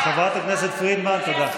חברת הכנסת פרידמן, תודה.